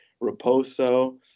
Raposo